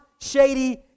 shady